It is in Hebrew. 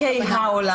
משחקי העולם